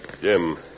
Jim